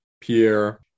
Pierre